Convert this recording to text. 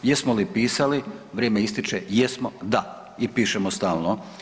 Jesmo li pisali, vrijeme istječe, jesmo, da i pišemo stalno.